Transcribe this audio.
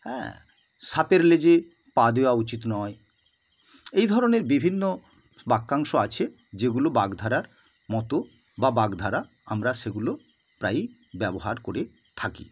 অ্যাঁ সাপের লেজে পা দেওয়া উচিত নয় এই ধরনের বিভিন্ন বাক্যাংশ আছে যেগুলো বাগধারার মতো বা বাগধারা আমরা সেগুলো প্রায়েই ব্যবহার করে থাকি